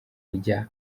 rya